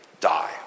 die